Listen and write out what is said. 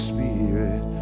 Spirit